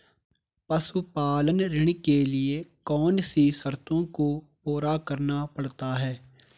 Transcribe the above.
पशुपालन ऋण लेने के लिए कौन सी शर्तों को पूरा करना पड़ता है?